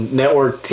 network